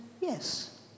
yes